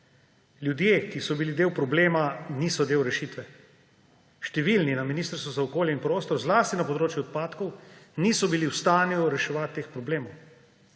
Ljudje, ki so bili del problema, niso del rešitve. Številni na Ministrstvu za okolje in prostor, zlasti na področju odpadkov, niso bili v stanju reševati teh problemov.